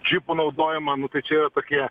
džipu naudojimą nu tai čia yra tokie